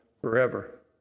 forever